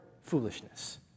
foolishness